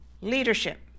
Leadership